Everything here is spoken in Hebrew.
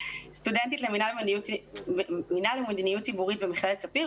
סטודנטית למינהל ומדיניות ציבורית במכללת ספיר,